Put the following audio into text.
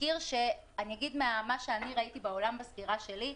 תזכיר שאני אגיד ממה שראיתי בעולם בסקירה שלי,